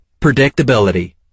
predictability